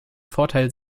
vorteil